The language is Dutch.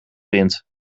wind